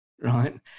right